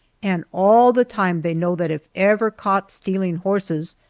and all the time they know that if ever caught stealing horses,